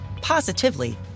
positively